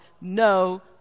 No